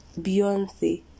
beyonce